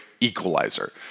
equalizer